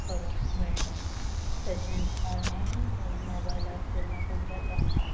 करूंक मेळ्ळें तशेंच ऑनलायन मोबायलाक तेन्ना कोविडा टायमार